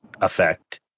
effect